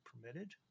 permitted